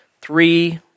three